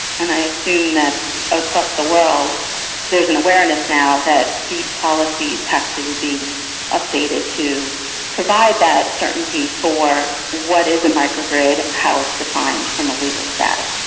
and i assume that across the world there is an awareness now that these policies have to be updated to provide that certainty for what is a micro-grid, how it's defined from a legal status.